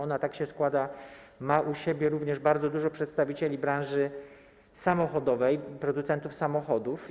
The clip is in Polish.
Ona, tak się składa, ma u siebie również bardzo dużo przedstawicieli branży samochodowej, producentów samochodów.